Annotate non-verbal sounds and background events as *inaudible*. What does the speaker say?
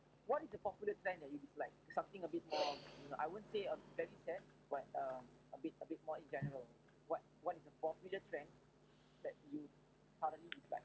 *breath*